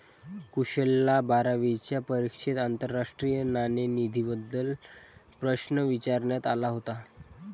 कुशलला बारावीच्या परीक्षेत आंतरराष्ट्रीय नाणेनिधीबद्दल प्रश्न विचारण्यात आला होता